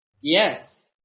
Yes